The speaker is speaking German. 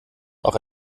auch